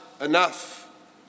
enough